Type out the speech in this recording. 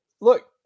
look